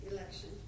Election